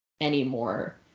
anymore